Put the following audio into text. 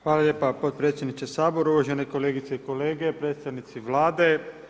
Hvala lijepa podpredsjedniče Sabora, uvažene kolegice i kolege, predstavnici Vlade.